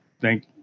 thank